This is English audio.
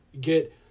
get